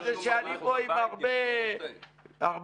זה שאני פה עם הרבה אלופים,